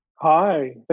Hi